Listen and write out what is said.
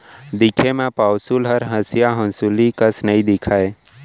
दिखे म पौंसुल हर हँसिया हँसुली कस नइ दिखय